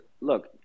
Look